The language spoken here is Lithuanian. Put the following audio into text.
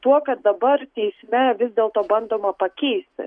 tuo kad dabar teisme vis dėlto bandoma pakeisti